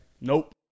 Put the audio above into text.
Nope